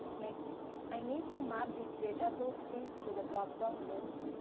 next i need to map these data source fields to the dropdown list.